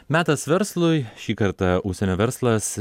metas verslui šį kartą užsienio verslas